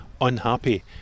unhappy